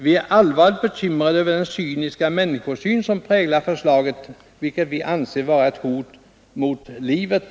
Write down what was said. Vi är allvarligt bekymrade över den cyniska människosyn som präglar förslaget, vilket vi anser vara ett hot mot livet.